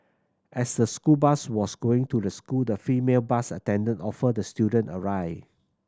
as the school bus was going to the school the female bus attendant offered the student a ride